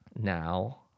now